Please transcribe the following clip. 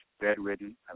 bedridden